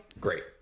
great